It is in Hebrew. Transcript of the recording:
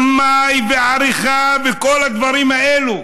במאי ועריכה וכל הדברים האלה.